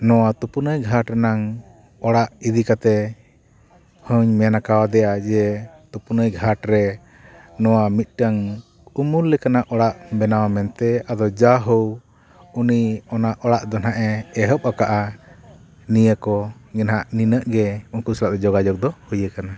ᱱᱚᱣᱟ ᱛᱩᱯᱩᱱᱟᱹᱭ ᱜᱷᱟᱴ ᱨᱮᱱᱟᱜ ᱚᱲᱟᱜ ᱤᱫᱤ ᱠᱟᱛᱮᱫ ᱦᱚᱧ ᱢᱮᱱ ᱠᱟᱣᱫᱮᱭᱟ ᱡᱮ ᱛᱩᱯᱩᱱᱟᱹᱭ ᱜᱷᱟᱴ ᱨᱮ ᱱᱚᱣᱟ ᱢᱤᱫᱴᱟᱹᱝ ᱩᱢᱩᱞ ᱞᱮᱠᱟᱱᱟᱜ ᱚᱲᱟᱜ ᱵᱮᱱᱟᱣ ᱢᱮᱱᱛᱮᱫ ᱟᱫᱚ ᱡᱟ ᱦᱳᱣ ᱩᱱᱤ ᱚᱲᱟᱜ ᱫᱚ ᱱᱟᱦᱟᱜᱼᱮ ᱮᱦᱚᱵ ᱟᱠᱟᱜᱼᱟ ᱱᱤᱭᱟᱹ ᱠᱚᱜᱮ ᱱᱟᱦᱟᱜ ᱱᱤᱱᱟᱹᱜᱼᱜᱮ ᱩᱱᱠᱩ ᱥᱟᱞᱟᱜ ᱡᱳᱜᱟᱡᱳᱜᱽ ᱫᱚ ᱦᱩᱭ ᱟᱠᱟᱱᱟ